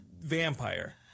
Vampire